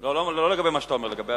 לא לגבי מה שאתה אומר, לגבי